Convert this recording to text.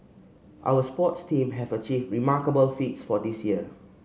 our sports team have achieved remarkable feats this year